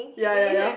ya ya ya